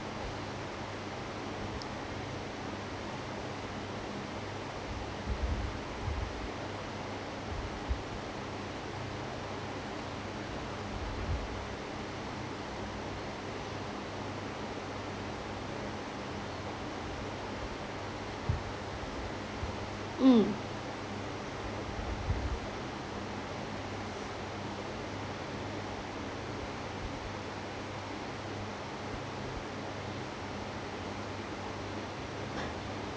mm